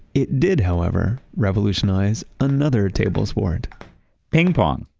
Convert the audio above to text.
it did, however, revolutionize another table sport ping pong